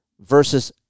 versus